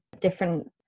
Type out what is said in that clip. different